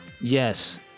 Yes